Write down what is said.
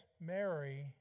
Mary